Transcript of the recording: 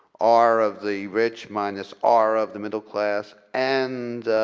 r of the rich minus r of the middle class and